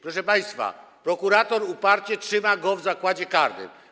Proszę państwa, prokurator uparcie trzyma go w zakładzie karnym.